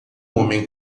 homem